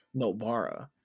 Nobara